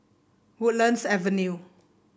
Woodlands Avenue